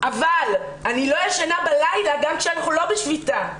אבל אני לא ישנה בלילה גם כשאני לא בשביתה,